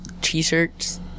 t-shirts